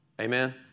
Amen